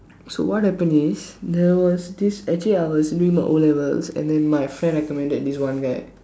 so what happen is there was this actually I was doing my o-levels and then my friend recommended this one guy